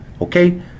Okay